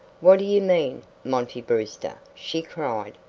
what do you mean, monty brewster? she cried,